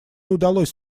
удалось